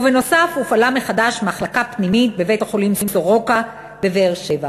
ובנוסף הופעלה מחדש מחלקה פנימית בבית-החולים סורוקה בבאר-שבע.